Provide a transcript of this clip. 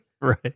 Right